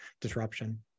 disruption